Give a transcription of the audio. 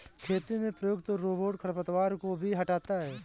खेती में प्रयुक्त रोबोट खरपतवार को भी हँटाता है